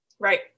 right